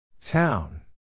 Town